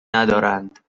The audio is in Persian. ندارند